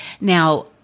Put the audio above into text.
now